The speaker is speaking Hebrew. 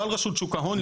לא על רשות שוק ההון.